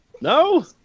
No